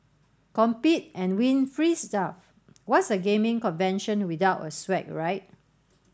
compete and win free stuff what's a gaming convention without swag right